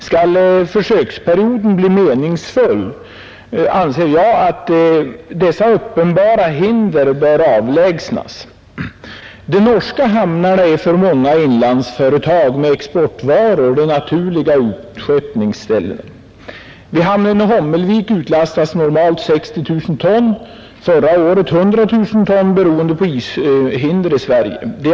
Skall försöksperioden bli meningsfull, bör enligt min mening dessa uppenbara hinder avlägsnas. De norska hamnarna är för många inlandsföretag med exportvaror de naturliga utskeppningsställena. Vid hamnen i Hommelvik utlastas från svenska företag normalt 60 000 ton och förra året 100 000 ton beroende på ishinder i Sverige.